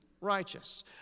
righteous